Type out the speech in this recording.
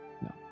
no